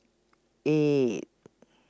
eight